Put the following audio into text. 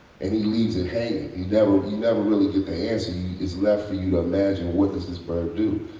and he leaves it hanging. you never never really get the answer. it's left for you to imagine what does this bird do?